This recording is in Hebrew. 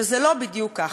שזה לא בדיוק ככה.